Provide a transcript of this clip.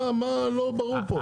מה לא ברור פה?